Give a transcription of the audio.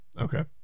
Okay